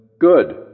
Good